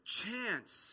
chance